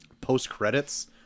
post-credits